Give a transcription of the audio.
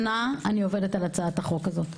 שנה אני עובדת על הצעת החוק הזו.